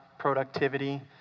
Productivity